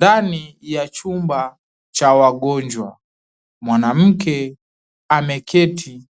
Ndani ya chumba cha wagonjwa mwanamke ameketi